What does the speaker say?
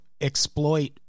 exploit